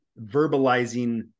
verbalizing